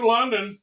London